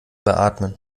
beatmen